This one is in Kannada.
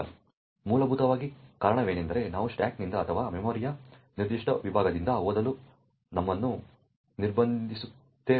ಮೂಲಭೂತವಾಗಿ ಕಾರಣವೆಂದರೆ ನಾವು ಸ್ಟಾಕ್ನಿಂದ ಅಥವಾ ಮೆಮೊರಿಯ ನಿರ್ದಿಷ್ಟ ವಿಭಾಗದಿಂದ ಓದಲು ನಮ್ಮನ್ನು ನಿರ್ಬಂಧಿಸುತ್ತಿದ್ದೇವೆ